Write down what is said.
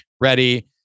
ready